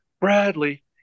Bradley